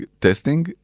testing